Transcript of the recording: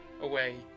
away